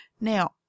Now